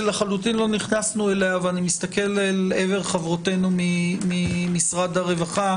שלחלוטין לא נכנסנו אליה ואני מסתכל אל עבר חברותנו ממשרד הרווחה,